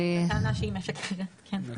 לטענה שהיא משקרת, כן.